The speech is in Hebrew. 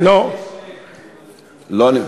לא נמצא.